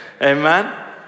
Amen